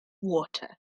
water